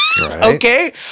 Okay